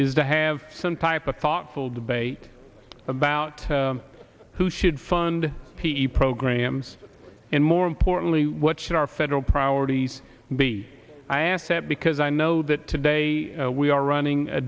is to have some type of thoughtful debate about who should fund p e programs and more importantly what should our federal priorities be i ask that because i know that today we are running a